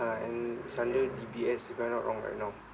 uh and it's under D_B_S if I'm not wrong right now